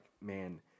man